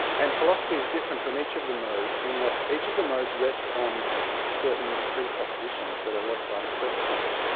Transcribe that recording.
and philosophy is different from each of the modes, in that each of the modes rests on certain presuppositions that are left unquestioned.